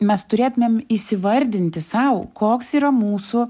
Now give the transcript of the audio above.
mes turėtumėm įsivardinti sau koks yra mūsų